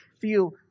feel